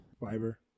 fiber